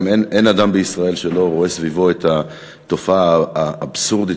אין אדם בישראל שלא רואה סביבו את התופעה האבסורדית